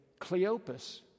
Cleopas